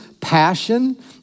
passion